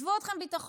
עזבו אתכם ביטחון,